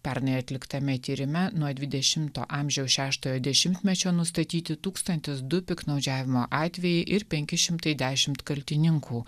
pernai atliktame tyrime nuo dvidešimto amžiaus šeštojo dešimtmečio nustatyti tūkstantis du piktnaudžiavimo atvejai ir penki šimtai dešimt kaltininkų